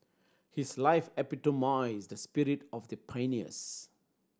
his life epitomised the spirit of the pioneers